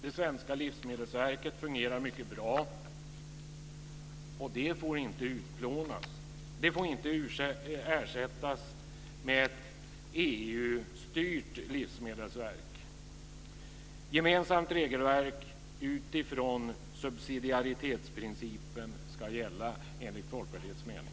Det svenska Livsmedelsverket fungerar mycket bra, och det får inte utplånas. Det får inte ersättas med ett EU-styrt livsmedelsverk. Gemensamt regelverk utifrån subsidiaritetsprincipen ska gälla enligt Folkpartiets mening.